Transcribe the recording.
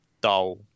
dull